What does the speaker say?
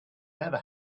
never